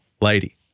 lady